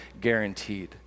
guaranteed